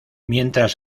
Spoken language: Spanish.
mientras